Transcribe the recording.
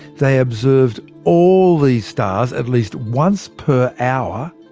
they observed all these stars at least once per hour,